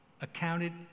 accounted